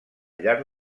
llarg